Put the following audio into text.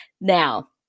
Now